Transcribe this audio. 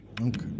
Okay